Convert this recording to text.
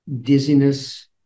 dizziness